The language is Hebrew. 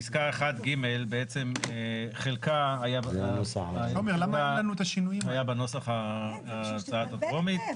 בפסקה 1ג בעצם חלקה היה בנוסח ההצעה הטרומית.